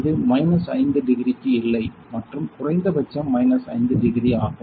இது மைனஸ் 5 டிகிரிக்கு இல்லை மற்றும் குறைந்தபட்சம் மைனஸ் 5 டிகிரி ஆகும்